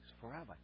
forever